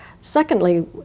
Secondly